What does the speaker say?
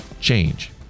change